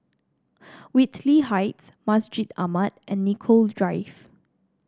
Whitley Heights Masjid Ahmad and Nicoll Drive